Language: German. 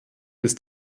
ist